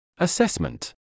Assessment